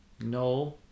No